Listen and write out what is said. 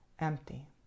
empty